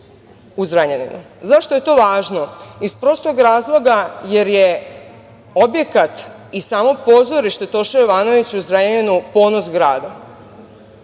u Zrenjaninu. Zašto je to važno? Iz prostog razloga, jer je objekat i samo pozorište „Toša Jovanović“ u Zrenjaninu ponos grada